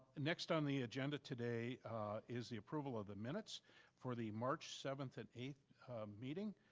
next on the agenda today is the approval of the minutes for the march seventh and eighth meeting,